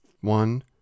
One